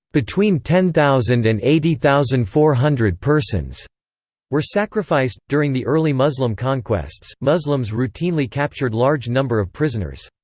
between ten thousand and eighty thousand four hundred persons were sacrificed during the early muslim conquests, muslims routinely captured large number of prisoners.